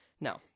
No